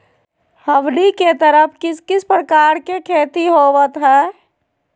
हमनी के तरफ किस किस प्रकार के खेती होवत है?